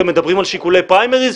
אתם מדברים על שיקולי פריימריז?